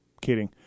Kidding